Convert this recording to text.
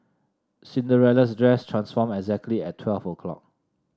Cinderella's dress transformed exactly at twelve o'clock